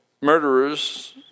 murderers